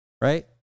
right